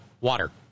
water